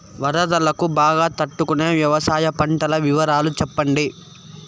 వరదలకు బాగా తట్టు కొనే వ్యవసాయ పంటల వివరాలు చెప్పండి?